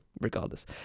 regardless